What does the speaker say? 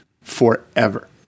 forever